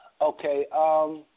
Okay